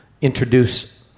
introduce